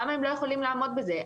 למה הם לא יכולים לעמוד בזה?